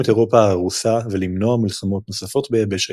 את אירופה ההרוסה ולמנוע מלחמות נוספות ביבשת.